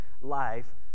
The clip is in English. life